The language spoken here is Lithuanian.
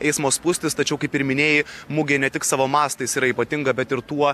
eismo spūstys tačiau kaip ir minėjai mugė ne tik savo mastais yra ypatinga bet ir tuo